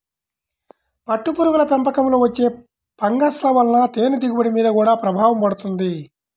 పట్టుపురుగుల పెంపకంలో వచ్చే ఫంగస్ల వలన తేనె దిగుబడి మీద గూడా ప్రభావం పడుతుంది